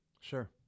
Sure